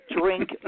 drink